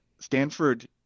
stanford